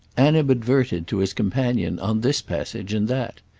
animadverted to his companion on this passage and that.